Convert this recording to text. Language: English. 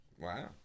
Wow